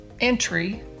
entry